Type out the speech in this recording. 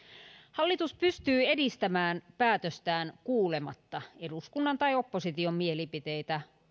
hallitus pystyy edistämään päätöstään omistajaohjauksen kautta kuulematta eduskunnan tai opposition mielipiteitä